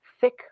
thick